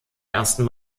ersten